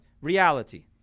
reality